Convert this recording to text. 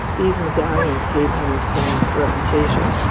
these medallions gave him some reputation,